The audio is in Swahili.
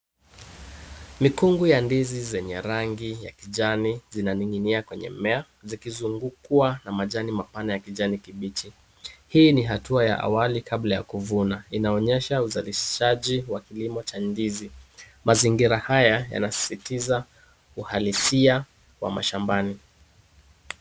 Mikungu ya ndizi zenye rangi ya kijani, zinaning'inia kwenye mmea zikizungukwa na majani mapana ya kijani kibichi. Hii ni hatua ya awali kabla ya kuvuna. Inaonyesha uzalishaji wa kilimo cha ndizi. Mazingira haya yanasisitiza uhalisia wa mashambani.